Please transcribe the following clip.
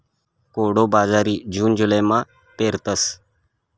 कोडो बाजरी जून जुलैमा पेरतस